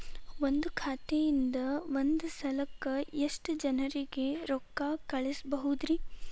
ಒಂದ್ ಖಾತೆಯಿಂದ, ಒಂದ್ ಸಲಕ್ಕ ಎಷ್ಟ ಜನರಿಗೆ ರೊಕ್ಕ ಕಳಸಬಹುದ್ರಿ?